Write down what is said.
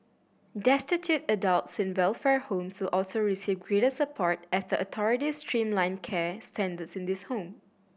destitute adults in welfare homes who also receive greater support as the authorities streamline care standards in these home